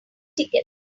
tickets